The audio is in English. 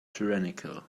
tyrannical